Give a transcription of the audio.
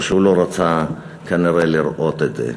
או שהוא לא רצה כנראה לראות את זה,